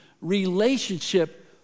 relationship